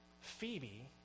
Phoebe